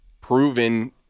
proven